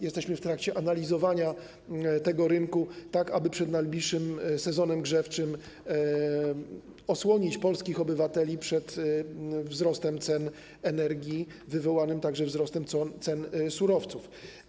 Jesteśmy w trakcie analizowania tego rynku, aby przed najbliższym sezonem grzewczym osłonić polskich obywateli przed wzrostem cen energii wywołanym także wzrostem cen surowców.